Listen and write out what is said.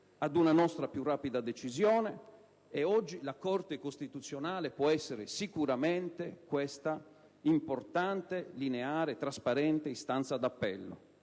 a una nostra più rapida decisione. Oggi la Corte costituzionale può essere sicuramente questa importante, lineare e trasparente istanza di appello.